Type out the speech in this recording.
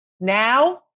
now